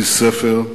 איש ספר,